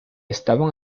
estaban